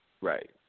Right